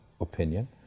opinion